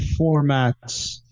formats